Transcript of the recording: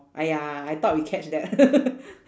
!aiya! I thought we catch that